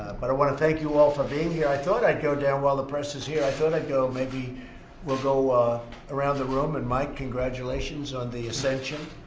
but i want to thank you all for being here. i thought i'd go down, while the press is here, i thought i'd go, maybe we'll go around the room. and mike, congratulations on the ascension.